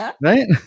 Right